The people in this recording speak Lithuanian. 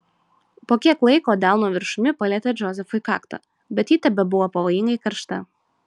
po kiek laiko delno viršumi palietė džozefui kaktą bet ji tebebuvo pavojingai karšta